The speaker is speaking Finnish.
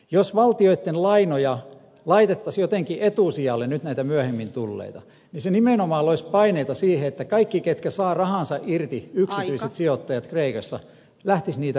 jos valtioitten lainoja nyt näitä myöhemmin tulleita laitettaisiin jotenkin etusijalle niin se nimenomaan loisi paineita siihen että kaikki jotka saavat rahansa irti yksityiset sijoittajat kreikassa lähtisivät niitä vetämään